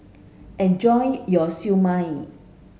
enjoy your Siew Mai